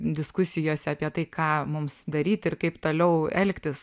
diskusijose apie tai ką mums daryti ir kaip toliau elgtis